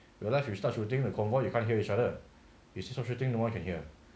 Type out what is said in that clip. real life you start shooting the convo you can't hear each other which start shooting no one can hear